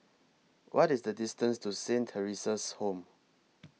What IS The distance to Saint Theresa's Home